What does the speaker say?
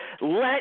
Let